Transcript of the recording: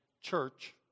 Church